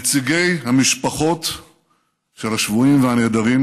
נציגי המשפחות של השבויים והנעדרים,